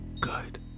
good